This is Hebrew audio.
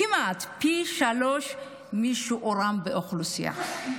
כמעט פי שלושה משיעורם באוכלוסייה.